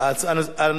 אושרה הצעת החוק.